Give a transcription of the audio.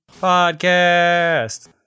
Podcast